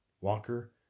Walker